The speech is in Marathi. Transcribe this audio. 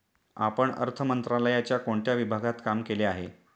आपण अर्थ मंत्रालयाच्या कोणत्या विभागात काम केले आहे?